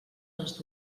les